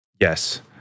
Yes